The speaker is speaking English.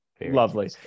Lovely